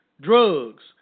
Drugs